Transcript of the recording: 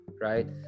right